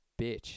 bitch